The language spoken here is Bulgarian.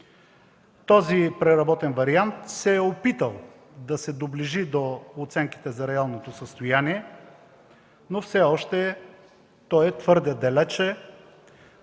Този преработен вариант се е опитал да се доближи до оценките за реалното състояние, но все още е твърде далеч